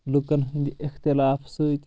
لُکن ہُنٛدِ اختِلاف سۭتۍ